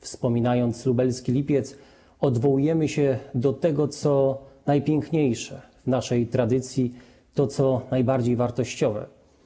Wspominając Lubelski Lipiec, odwołujemy się do tego, co najpiękniejsze w naszej tradycji, tego, co najbardziej wartościowe.